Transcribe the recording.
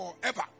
forever